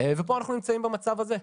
ופה אנחנו נמצאים במצב הזה.